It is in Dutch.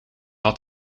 had